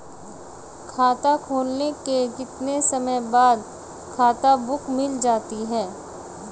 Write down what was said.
खाता खुलने के कितने समय बाद खाता बुक मिल जाती है?